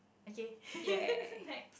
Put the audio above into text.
okay next